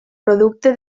producte